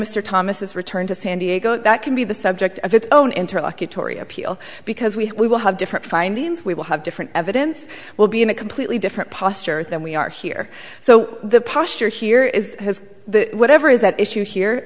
mr thomas is returned to san diego that can be the subject of its own interlocutory appeal because we will have different findings we will have different evidence will be in a completely different posture than we are here so the posture here is whatever is that issue here